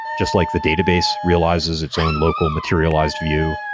just like the database realizes its own local materialized view.